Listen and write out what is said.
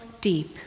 deep